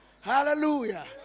Hallelujah